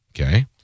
Okay